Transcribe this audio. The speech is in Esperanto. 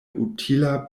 utila